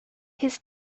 his